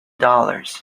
dollars